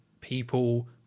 people